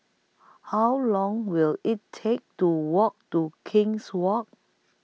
How Long Will IT Take to Walk to King's Walk